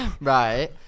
Right